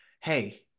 Hey